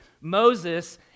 Moses